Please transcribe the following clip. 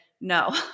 no